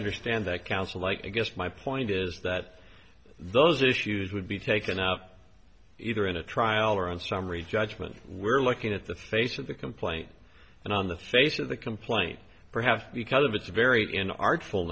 understand that council like i guess my point is that those issues would be taken up either in a trial or on summary judgment we're looking at the face of the complaint and on the face of the complaint perhaps because of it's very in artful